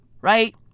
Right